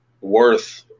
worth